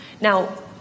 Now